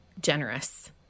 generous